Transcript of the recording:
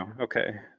Okay